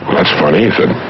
that's funny. he said,